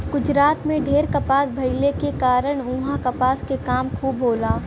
गुजरात में ढेर कपास भइले के कारण उहाँ कपड़ा के काम खूब होला